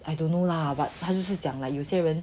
I don't know lah but 他就是讲啦有些人